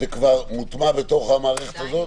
זה כבר מוטמע בתוך המערכת הזאת?